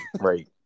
right